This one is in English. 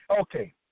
Okay